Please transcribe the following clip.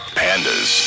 pandas